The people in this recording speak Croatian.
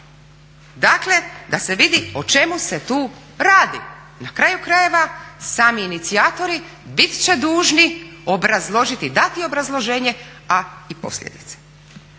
Dakle, da se vidi o čemu se tu radi, na kraju krajeva sami inicijatori bit će dužni obrazložiti, dati obrazloženje a i posljedice.